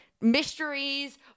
mysteries